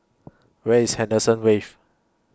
Where IS Henderson Wave